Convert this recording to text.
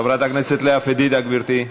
חברת הכנסת לאה פדידה, גברתי.